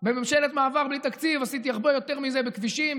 בממשלת מעבר בלי תקציב עשיתי הרבה יותר מזה בכבישים,